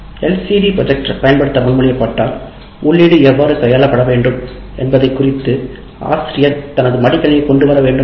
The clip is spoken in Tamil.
எல்சிடி ப்ரொஜெக்டர் பயன்படுத்த முன்மொழியப்பட்டால் உள்ளீடு எவ்வாறு கையாளப்பட வேண்டும் என்பதைக் குறித்தும் ஆசிரியர் தனது மடிக்கணினியைக் கொண்டு வர வேண்டுமா